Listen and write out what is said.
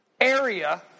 area